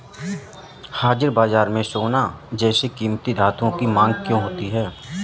हाजिर बाजार में सोना जैसे कीमती धातुओं की मांग क्यों होती है